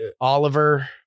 Oliver